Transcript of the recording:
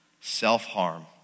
self-harm